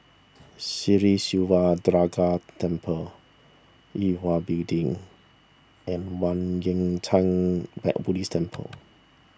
Sri Siva Durga Temple Yue Hwa Building and Kwan Yam theng bad Buddhist Temple